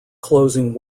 closing